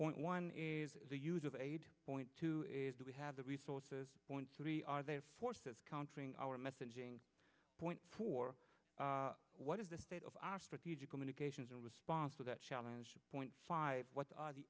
point one is the use of eight point two is do we have the resources once we are there forces countering our messaging point for what is the state of our strategic communications in response to that challenge point five what